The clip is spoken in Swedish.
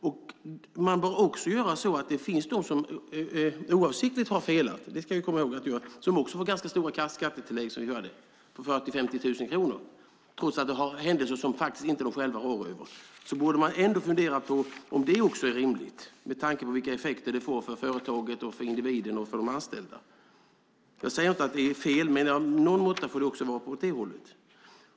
Det finns också de som oavsiktligt har felat, det ska vi komma ihåg att det gör. De får också ganska stora skattetillägg, på 40 000-50 000 kronor, trots att det är händelser som de själva faktiskt inte rår över. Man borde fundera på om det också är rimligt, med tanke på vilka effekter det får för företaget, för individen och för de anställda. Jag säger inte att det är fel, men någon måtta får det också vara åt det hållet.